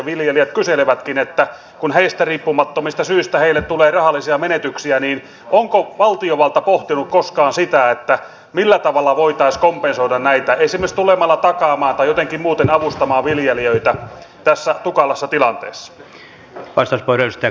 viljelijät kyselevätkin kun heistä riippumattomista syistä heille tulee rahallisia menetyksiä onko valtiovalta pohtinut koskaan sitä millä tavalla voitaisiin kompensoida näitä esimerkiksi tulemalla takaamaan tai jotenkin muuten avustamaan viljelijöitä tässä tukalassa tilanteessa